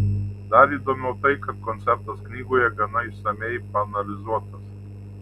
dar įdomiau tai kad koncertas knygoje gana išsamiai paanalizuotas